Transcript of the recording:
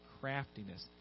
craftiness